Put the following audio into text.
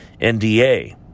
NDA